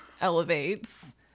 elevates